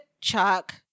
Chuck